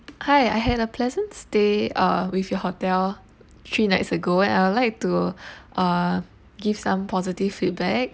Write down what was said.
hi I had a pleasant stay uh with your hotel three nights ago and I would like to uh give some positive feedback